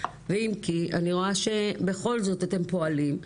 אם כי אני רואה שבכל זאת אתם פועלים.